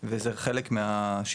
וזה חלק מהשיקולים.